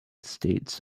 states